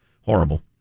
Horrible